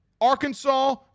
Arkansas